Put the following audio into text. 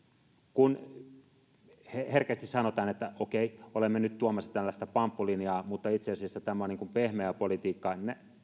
herkästi sanotaan että okei olemme nyt tuomassa tällaista pamppulinjaa mutta itse asiassa tämä on niin kuin pehmeää politiikkaa